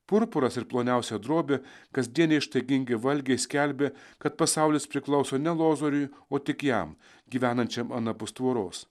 purpuras ir ploniausia drobė kasdieniai ištaigingi valgiai skelbė kad pasaulis priklauso ne lozoriui o tik jam gyvenančiam anapus tvoros